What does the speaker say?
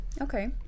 Okay